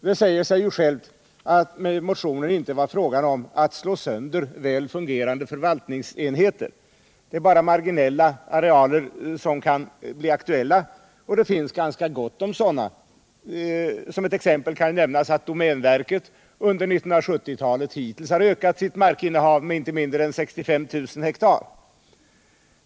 Det säger sig självt att det inte är fråga om att slå sönder väl fungerande förvaltningsenheter. Bara marginella arealer kan bli aktuella. Det finns ganska gott om sådana. Som ett exempel kan nämnas att domänverket hittills under 1970-talet ökat sitt markinnehav med inte mindre än 65 000 hektar.